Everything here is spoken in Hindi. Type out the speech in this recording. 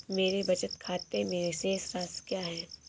मेरे बचत खाते में शेष राशि क्या है?